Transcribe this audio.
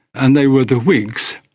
and they were the whigs.